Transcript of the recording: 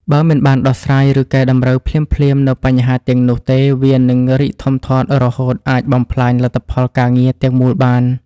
បើមិនបានដោះស្រាយ ឬកែតម្រូវភ្លាមៗនូវបញ្ហាទាំងនោះទេ វានឹងរីកធំធាត់ រហូតអាចបំផ្លាញលទ្ធផលការងារទាំងមូលបាន។